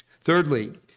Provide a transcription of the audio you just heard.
Thirdly